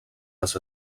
les